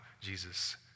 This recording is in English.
Jesus